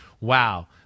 wow